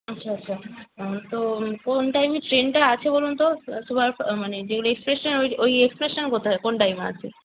আচ্ছা আচ্ছা তো কোন টাইমে ট্রেনটা আছে বলুন তো মানে যে এক্সপ্রেসটা ওই এক্সপ্রেসটা কোথায় কোন টাইমে আছে